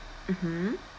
mmhmm